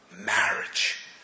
marriage